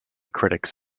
critics